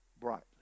brightly